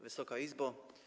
Wysoka Izbo!